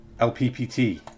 LPPT